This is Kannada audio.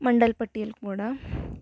ಮಂದಲ್ ಪಟ್ಟಿಯಲ್ಲಿ ಕೂಡ